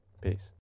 Peace